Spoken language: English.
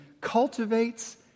cultivates